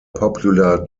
popular